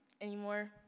anymore